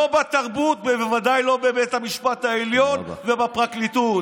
לא בתרבות ובוודאי לא בבית המשפט העליון ובפרקליטות.